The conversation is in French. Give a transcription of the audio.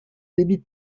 débits